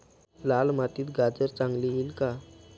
लाल मातीत गाजर चांगले येईल का?